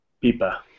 Pipa